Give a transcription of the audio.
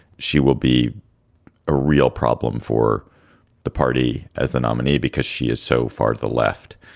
she will be a real problem for the party as the nominee because she is so far to the left,